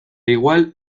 igual